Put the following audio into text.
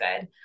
good